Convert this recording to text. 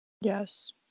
Yes